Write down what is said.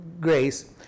grace